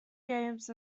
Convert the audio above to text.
games